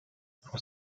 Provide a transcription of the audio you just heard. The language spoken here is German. aus